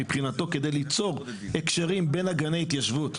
כדי ליצור הקשרים בין אגני התיישבות.